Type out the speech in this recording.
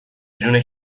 جون